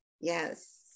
yes